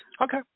Okay